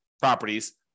properties